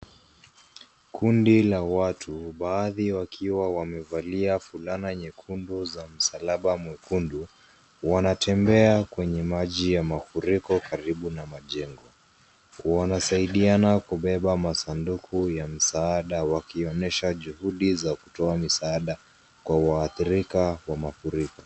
Kundi la watu baadhi wakiwa wamevalia fulana nyekundu za msalaba mwekundu wanatembea kwenye maji ya mafuriko karibu na majengo. Wanasaidiana kubeba sanduku ya msaada wakionyesha juhudi za kutoa msaada kwa waathirika wa mafuriko.